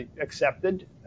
accepted